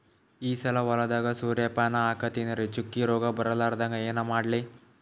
ಈ ಸಲ ಹೊಲದಾಗ ಸೂರ್ಯಪಾನ ಹಾಕತಿನರಿ, ಚುಕ್ಕಿ ರೋಗ ಬರಲಾರದಂಗ ಏನ ಮಾಡ್ಲಿ?